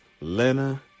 Lena